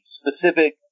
specific